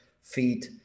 feed